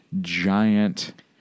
giant